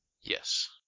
Yes